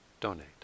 donate